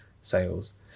sales